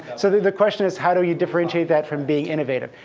so the the question is how do you differentiate that from being innovative?